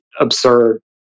absurd